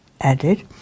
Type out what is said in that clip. added